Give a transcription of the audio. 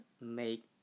Make